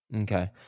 Okay